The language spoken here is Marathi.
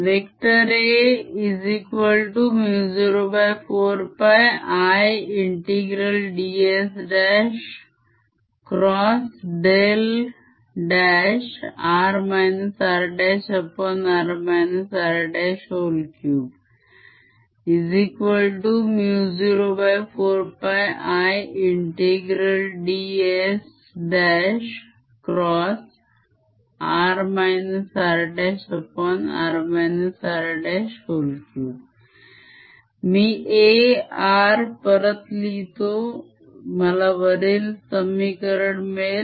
Ar04πIds×r rr r304πIds×r rr r3 मी A r परत लिहितो मला वरील समीकरण मिळेल